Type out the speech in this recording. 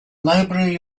library